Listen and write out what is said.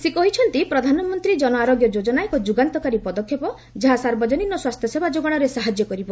ସେ କହିଛନ୍ତି' ପ୍ରଧାନମନ୍ତ୍ରୀ ଜନ ଆରୋଗ୍ୟ ଯୋଜନା ଏକ ଯୁଗାନ୍ତକାରୀ ପଦକ୍ଷେପ ଯାହା ସାର୍ବଜନୀନ ସ୍ୱାସ୍ଥ୍ୟସେବା ଯୋଗାଣରେ ସାହାଯ୍ୟ କରିବ